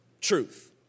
truth